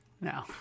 No